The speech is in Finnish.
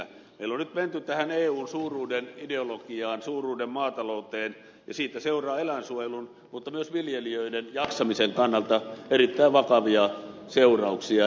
meillä on nyt menty tähän eun suuruuden ideologiaan suuruuden maatalouteen ja siitä seuraa eläinsuojelun mutta myös viljelijöiden jaksamisen kannalta erittäin vakavia seurauksia